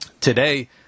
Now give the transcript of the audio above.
today